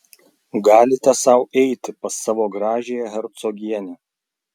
galite sau eiti pas savo gražiąją hercogienę